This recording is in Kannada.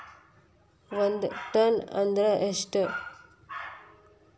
ಒಂದ್ ಟನ್ ಅಂದ್ರ ಎಷ್ಟ?